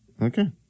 Okay